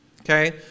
okay